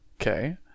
Okay